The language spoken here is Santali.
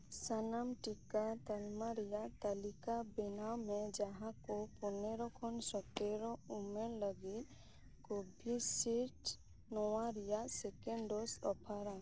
ᱥᱟᱱᱟᱢ ᱴᱤᱠᱟ ᱛᱟᱞᱢᱟ ᱨᱮᱭᱟᱜ ᱛᱟᱞᱤᱠᱟ ᱵᱮᱱᱟᱣ ᱢᱮ ᱡᱟᱦᱟᱸ ᱠᱚ ᱯᱚᱱᱮᱨᱚ ᱠᱷᱚᱱ ᱥᱟᱛᱮᱨᱚ ᱩᱢᱮᱨ ᱞᱟᱹᱜᱤᱫ ᱠᱚᱵᱷᱤᱥᱤᱞᱰ ᱱᱚᱣᱟ ᱨᱮᱭᱟᱜ ᱥᱮᱠᱮᱱᱰ ᱰᱳᱡᱽ ᱚᱯᱷᱟᱨ ᱼᱟ